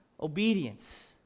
Obedience